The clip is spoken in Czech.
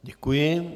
Děkuji.